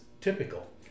typical